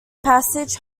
passage